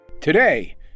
Today